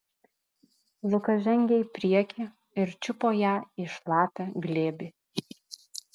lukas žengė į priekį ir čiupo ją į šlapią glėbį